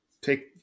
take